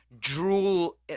drool